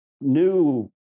new